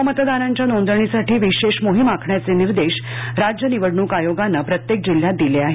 नवमतदारांच्या नोंदणीसाठी विशेष मोहीम आखण्याचे निर्देश राज्य निवडणूक आयोगानं प्रत्येक जिल्ह्यात दिले आहेत